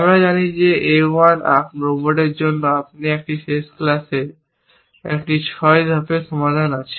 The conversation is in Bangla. আমরা জানি যে A 1 আর্ম রোবটের জন্য আপনি একটি শেষ ক্লাসে একটি 6 ধাপের সমাধান আছে